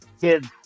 Kids